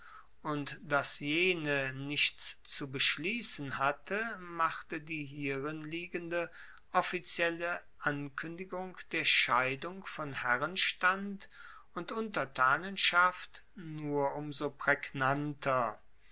und dass jene nichts zu beschliessen hatte machte die hierin liegende offizielle ankuendigung der scheidung von herrenstand und untertanenschaft nur um so